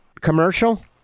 commercial